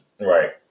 Right